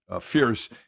fierce